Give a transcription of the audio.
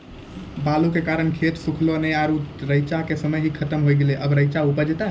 बालू के कारण खेत सुखले नेय आरु रेचा के समय ही खत्म होय गेलै, अबे रेचा उपजते?